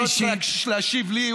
חבר הכנסת מיקי זוהר לא צריך להשיב לי,